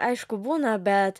aišku būna bet